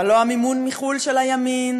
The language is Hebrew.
אבל לא המימון מחו"ל של הימין,